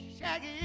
shaggy